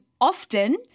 often